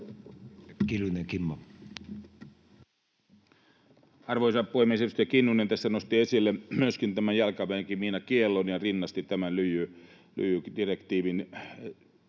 Content: Arvoisa puhemies! Edustaja Kinnunen tässä nosti esille myöskin tämän jalkaväkimiinakiellon ja rinnasti tämän lyijydirektiivin,